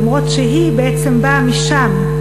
למרות שהיא בעצם באה משם,